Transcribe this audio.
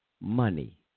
money